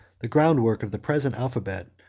the groundwork of the present alphabet,